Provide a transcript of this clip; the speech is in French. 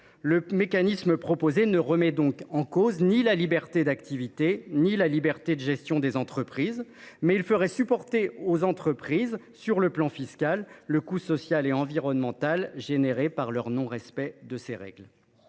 Le mécanisme proposé ne remettrait donc en cause ni la liberté d’activité ni la liberté de gestion des entreprises, mais il ferait supporter à ces dernières, la fiscalité, le coût social et environnemental suscité par le non respect de ces règles.